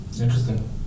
Interesting